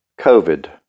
COVID